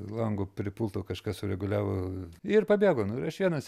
lango prie pulto kažką sureguliavo ir pabėgo nu aš vienas